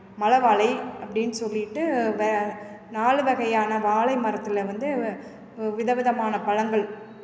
மலை வாழை அப்படின்னு சொல்லிவிட்டு வே நாலு வகையான வாழை மரத்தில் வந்து விதவிதமான பழங்கள்